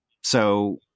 So-